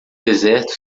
deserto